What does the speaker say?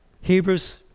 Hebrews